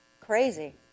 crazy